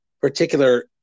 particular